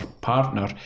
partner